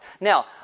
Now